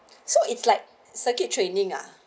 so it's like circuit training ah